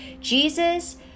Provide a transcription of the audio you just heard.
Jesus